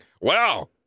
Wow